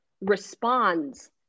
responds